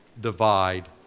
divide